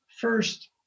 first